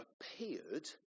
appeared